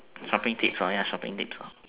shopping tips ya shopping tips